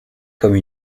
comme